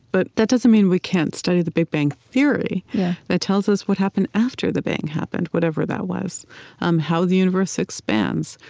but that doesn't mean we can't study the big bang theory that tells us what happened after the bang happened, whatever that was um how the universe expands,